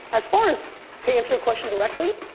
as far as to answer your question directly,